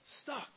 stuck